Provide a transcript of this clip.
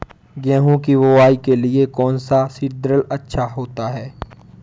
गेहूँ की बुवाई के लिए कौन सा सीद्रिल अच्छा होता है?